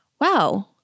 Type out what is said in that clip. wow